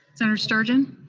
senator sturgeon?